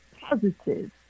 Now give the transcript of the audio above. positive